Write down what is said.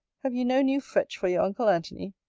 have you no new fetch for your uncle antony?